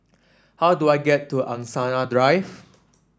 how do I get to Angsana Drive